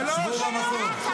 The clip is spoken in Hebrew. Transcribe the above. שבו במקום.